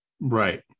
right